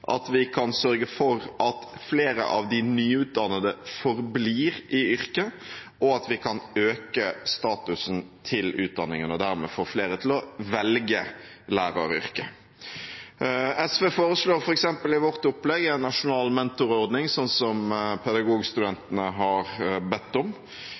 og kan øke statusen til utdanningen og dermed få flere til å velge læreryrket. SV foreslår i sitt opplegg f.eks. en nasjonal mentorordning, slik Pedagogstudentene har bedt om.